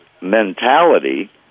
mentality